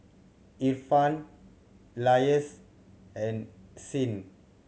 Irfan Elyas and Isnin